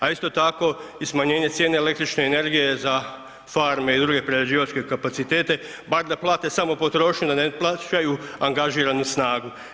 A isto tako i smanjenje cijene električne energije za farme i druge prerađivačke kapacitete, bar da plate samo potrošnju da ne plaćaju angažiranu snagu.